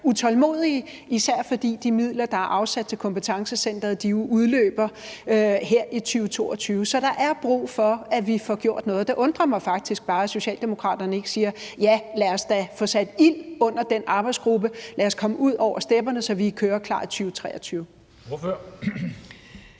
især fordi de midler, der er afsat til kompetencecenteret, udløber her i 2022. Så der er brug for, at vi får gjort noget. Det undrer mig faktisk bare, at Socialdemokraterne ikke siger: Ja, lad os da få sat ild under den arbejdsgruppe; lad os komme ud over stepperne, så vi er køreklar i 2023. Kl.